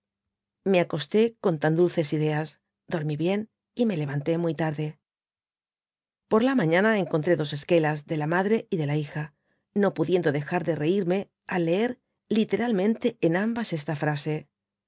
dby google con tan dulces ideas dormí fcien y me levanté muy tarde por la mañana encontré dos esquelas de la madre y de la hija no pudiendo dejar de reírme al leer literalmente en ambas esta frase